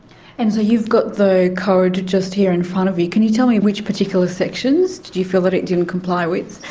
and so you've got the code just here in front of you. can you tell me which particular sections did you feel that it didn't comply with?